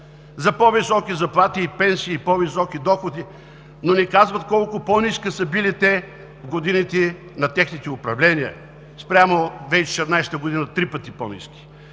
за по-високи заплати и пенсии, по-високи доходи, но не казват колко по-ниски са били те в годините на техните управления – три пъти по-ниски